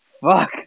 fuck